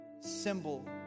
symbol